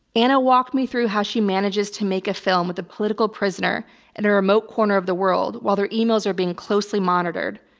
anna walked me through how she manages to make a film with a political prisoner in and a remote corner of the world while their emails are being closely monitored,